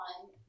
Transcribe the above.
one